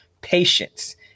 patience